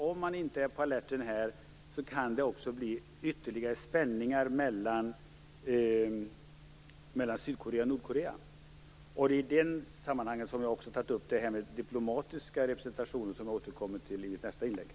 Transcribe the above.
Om man inte är på alerten kan det vara risk för ytterligare spänningar mellan Sydkorea och Nordkorea. Jag återkommer i mitt nästa inlägg till den fråga om den diplomatiska representationen som jag har tagit upp.